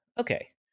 Okay